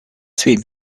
speed